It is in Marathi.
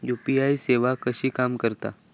यू.पी.आय सेवा कशी काम करता?